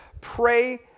Pray